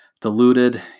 diluted